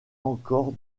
encore